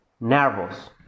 Nervous